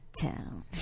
town